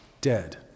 dead